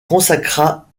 consacra